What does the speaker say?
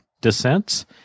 descents